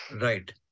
Right